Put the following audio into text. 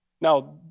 Now